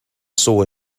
saw